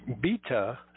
Beta